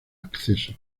acceso